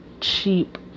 cheap